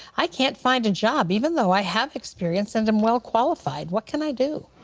i can't find a job even though i have experience and am well qualified. what can i do?